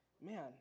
man